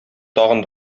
тагын